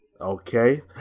Okay